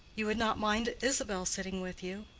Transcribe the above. you would not mind isabel sitting with you?